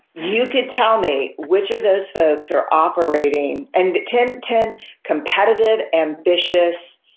you could tell me which of those folks are operating and ten ten competitive, ambitious,